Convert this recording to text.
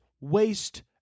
waste